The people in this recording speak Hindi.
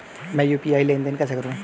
मैं यू.पी.आई लेनदेन कैसे करूँ?